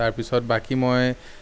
তাৰপিছত বাকী মই